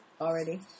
already